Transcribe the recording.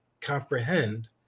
comprehend